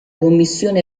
commissione